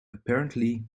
apparently